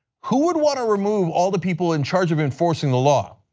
who would want to remove all the people in charge of enforcing the law?